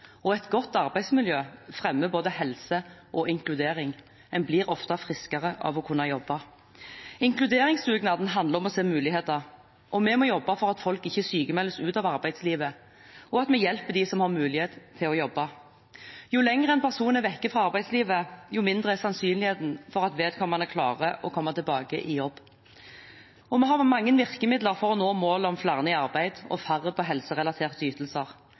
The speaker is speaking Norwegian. og et godt arbeidsmiljø fremmer både helse og inkludering. En blir ofte friskere av å kunne jobbe. Inkluderingsdugnaden handler om å se muligheter. Vi må jobbe for at folk ikke sykmeldes ut av arbeidslivet, og at vi hjelper dem som har mulighet til å jobbe. Jo lenger en person er borte fra arbeidslivet, jo mindre er sannsynligheten for at vedkommende klarer å komme tilbake i jobb. Vi har mange virkemidler for å nå målet om flere i arbeid og færre på helserelaterte ytelser.